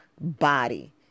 body